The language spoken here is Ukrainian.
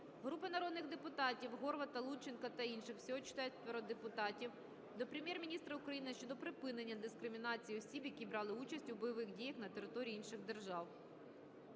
Групи народних депутатів (Горвата, Лунченка та інших. Всього 4 депутатів) до Прем'єр-міністра України щодо припинення дискримінації осіб, які брали участь у бойових діях на території інших держав.